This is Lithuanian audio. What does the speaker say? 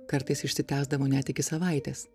kartais išsitęsdavo net iki savaitės